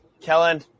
Kellen